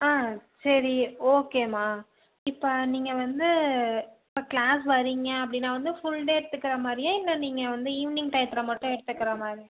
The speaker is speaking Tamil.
ஆ சரி ஓகேம்மா இப்போ நீங்கள் வந்து இப்போ க்ளாஸ் வரீங்க அப்படின்னா வந்து ஃபுல் டே எடுத்துக்கிற மாதிரியா இல்லை நீங்கள் வந்து ஈவ்னிங் டையத்தில் மட்டும் எடுத்துக்கிற மாதிரியா